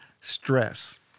stress